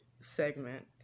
segment